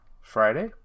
Friday